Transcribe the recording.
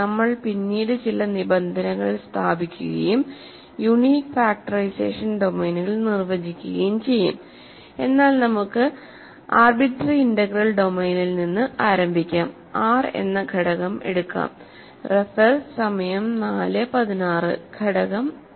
നമ്മൾ പിന്നീട് ചില നിബന്ധനകൾ സ്ഥാപിക്കുകയും യുണീക് ഫാക്ടറൈസേഷൻ ഡൊമെയ്നുകൾ നിർവചിക്കുകയും ചെയ്യും എന്നാൽ നമുക്ക് ആർബിട്രറി ഇന്റഗ്രൽ ഡൊമെയ്നിൽ നിന്ന് ആരംഭിക്കാം R എന്ന ഘടകം എടുക്കാം റഫർ സമയം 0416 ഘടകം a